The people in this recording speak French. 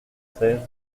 seize